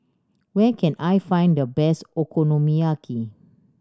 where can I find the best Okonomiyaki